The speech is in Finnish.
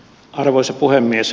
arvoisa puhemies